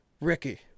Ricky